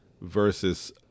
versus